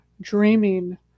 dreaming